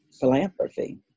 philanthropy